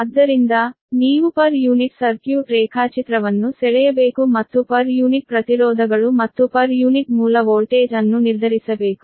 ಆದ್ದರಿಂದ ನೀವು per unit circuit ರೇಖಾಚಿತ್ರವನ್ನು ಸೆಳೆಯಬೇಕು ಮತ್ತು ಪರ್ ಯೂನಿಟ್ ಪ್ರತಿರೋಧಗಳು ಮತ್ತು ಪರ್ ಯೂನಿಟ್ ಮೂಲ ವೋಲ್ಟೇಜ್ ಅನ್ನು ನಿರ್ಧರಿಸಬೇಕು